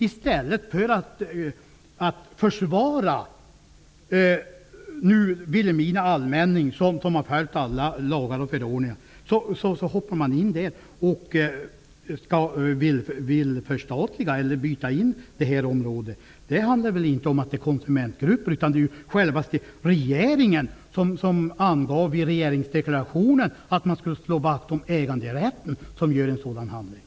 I stället för att försvara Vilhelmina allmänning, som har följt alla lagar och förordningar, vill man förstatliga eller byta in området. Det handlar här alltså inte om konsumentgrupper utan om att självaste regeringen, som i regeringsdeklarationen angav att man skulle slå vakt om äganderätten, agerar på detta sätt.